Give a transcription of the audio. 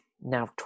now